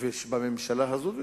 ובממשלה הזאת,